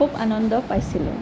খুব আনন্দ পাইছিলোঁ